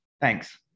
thanks